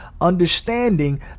understanding